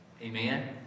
Amen